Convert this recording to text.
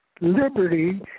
liberty